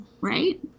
right